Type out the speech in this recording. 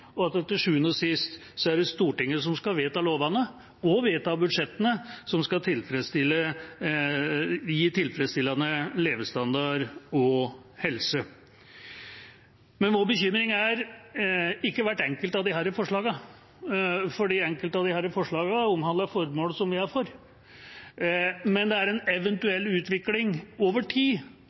og at det til sjuende og sist er Stortinget som skal vedta lovene og budsjettene som skal gi tilfredsstillende levestandard og helse. Vår bekymring er ikke hvert enkelt av disse forslagene – for enkelte av disse forslagene omhandler formål som vi er for – men det er ved en eventuell utvikling over tid